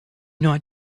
not